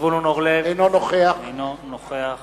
זבולון אורלב, אינו נוכח